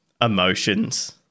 emotions